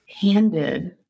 handed